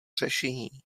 řešení